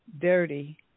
dirty